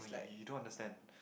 no you you don't understand